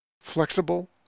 Flexible